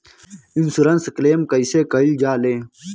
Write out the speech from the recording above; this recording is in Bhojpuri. इन्शुरन्स क्लेम कइसे कइल जा ले?